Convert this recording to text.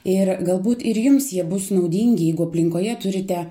ir galbūt ir jums jie bus naudingi jeigu aplinkoje turite